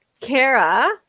Kara